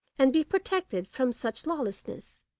and be protected from such lawlessness.